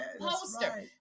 poster